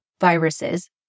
viruses